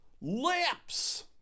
lips